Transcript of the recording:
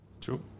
true